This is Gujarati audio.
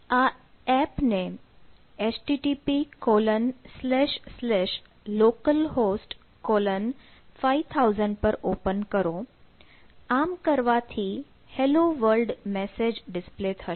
આ એપને httplocalhost5000 પર ઓપન કરો આમ કરવાથી "hello world" મેસેજ ડિસ્પ્લે થશે